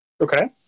Okay